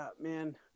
Man